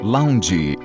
Lounge